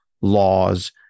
laws